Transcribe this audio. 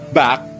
back